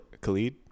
Khalid